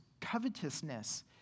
covetousness